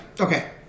okay